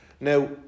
Now